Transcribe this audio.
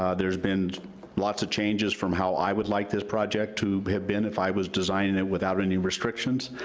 um there's been lots of changes from how i would like this project to have been, if i was designing it without any restrictions,